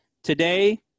Today